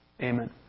Amen